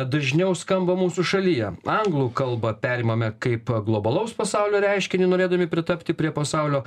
dažniau skamba mūsų šalyje anglų kalbą perimame kaip globalaus pasaulio reiškinį norėdami pritapti prie pasaulio